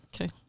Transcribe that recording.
Okay